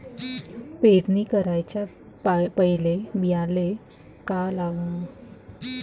पेरणी कराच्या पयले बियान्याले का लावाव?